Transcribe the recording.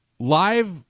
Live